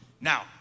Now